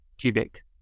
cubic